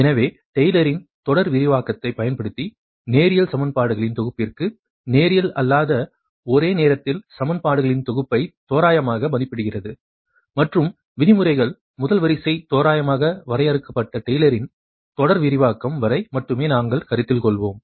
எனவே டெய்லரின் Taylor's தொடர் விரிவாக்கத்தைப் பயன்படுத்தி நேரியல் சமன்பாடுகளின் தொகுப்பிற்கு நேரியல் அல்லாத ஒரே நேரத்தில் சமன்பாடுகளின் தொகுப்பைத் தோராயமாக மதிப்பிடுகிறது மற்றும் விதிமுறைகள் முதல் வரிசை தோராயமாக வரையறுக்கப்பட்ட டெய்லரின் Taylor's தொடர் விரிவாக்கம் வரை மட்டுமே நாங்கள் கருத்தில் கொள்வோம்